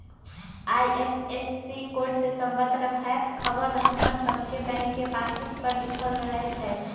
IFSC code से संबंध रखैत ख़बर हमर सभके बैंक के पासबुक पर लिखल रहै छइ